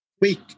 week